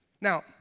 Now